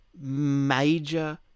major